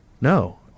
No